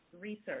Research